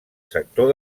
sector